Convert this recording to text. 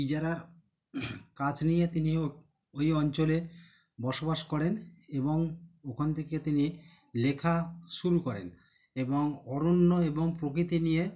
ইজারার কাজ নিয়ে তিনিও ওই অঞ্চলে বসবাস করেন এবং ওখান থেকে তিনি লেখা শুরু করেন এবং অরণ্য এবং প্রকৃতি নিয়ে